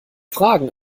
fragen